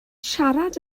siarad